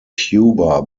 cuba